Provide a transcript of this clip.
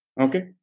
Okay